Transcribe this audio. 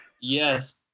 Yes